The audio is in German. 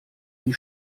die